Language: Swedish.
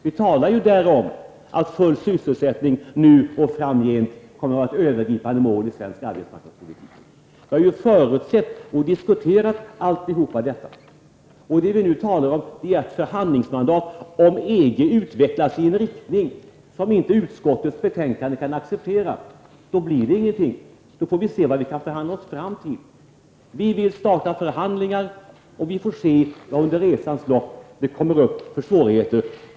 Vi säger där att full sysselsättning nu och framgent kommer att vara det övergripande målet för svensk arbetsmarknadspolitik. Vi har ju förutsett och diskuterat allt detta. Vad vi nu talar om är att ge ett förhandlingsmandat. Om EG utvecklas i en riktning som vi, enligt utskottets mening, inte kan acceptera, då blir det ingenting. Då får vi se vad vi kan förhandla oss fram till. Vi vill starta förhandlingar, och vi får under resans lopp se vad det kommer upp för svårigheter.